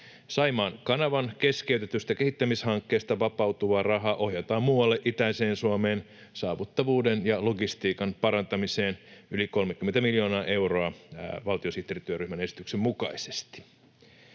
Saimaan kanavan keskeytetystä kehittämishankkeesta vapautuva raha ohjataan muualle itäiseen Suomen saavuttavuuden ja logistiikan parantamiseen, yli 30 miljoonaa euroa valtiosihteerityöryhmän esityksen mukaisesti.